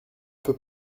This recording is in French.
peut